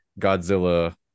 Godzilla